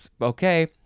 okay